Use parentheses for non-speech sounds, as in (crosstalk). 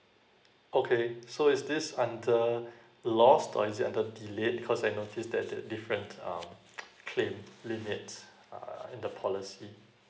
okay so is this under (breath) lost or is it under delayed because I noticed that the different um claim limits uh in the policy